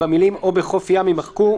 המילים ״או בחוף ים״ - יימחקו,